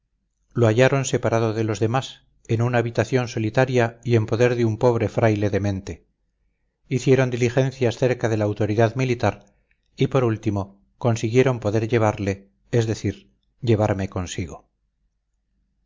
lo hallaron separado de los demás en una habitación solitaria y en poder de un pobre fraile demente hicieron diligencias cerca de la autoridad militar y por último consiguieron poder llevarle es decir llevarme consigo